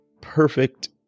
perfect